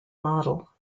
model